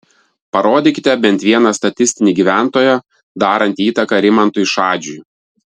parodykite bent vieną statistinį gyventoją darantį įtaką rimantui šadžiui